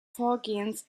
vorgehens